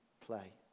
play